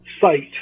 site